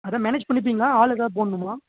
அதுதான் மேனேஜ் பண்ணிப்பீங்களா ஆள் ஏதாவது போடணுமா